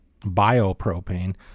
biopropane